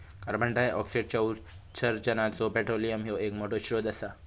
कार्बंडाईऑक्साईडच्या उत्सर्जानाचो पेट्रोलियम ह्यो एक मोठो स्त्रोत असा